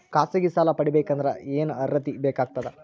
ಖಾಸಗಿ ಸಾಲ ಪಡಿಬೇಕಂದರ ಏನ್ ಅರ್ಹತಿ ಬೇಕಾಗತದ?